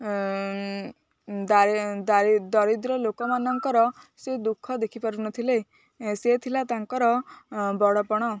ଦରିଦ୍ର ଲୋକମାନଙ୍କର ସେ ଦୁଃଖ ଦେଖିପାରୁ ନଥିଲେ ସେ ଥିଲା ତାଙ୍କର ବଡ଼ ପଣ